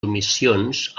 omissions